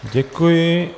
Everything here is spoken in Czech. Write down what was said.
Děkuji.